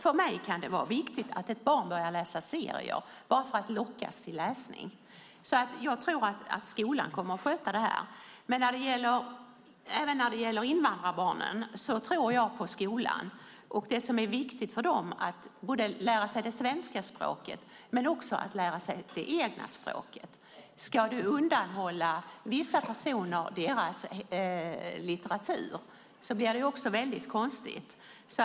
För mig kan det vara viktigt att ett barn börjar läsa serier bara för att lockas till läsning. Jag tror att skolan kommer att sköta det här. Även när det gäller invandrarbarnen tror jag på skolan. Det som är viktigt för dem är både att lära sig det svenska språket och att lära sig det egna språket. Ska du undanhålla vissa personer deras litteratur blir det också väldigt konstigt.